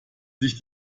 sich